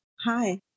Hi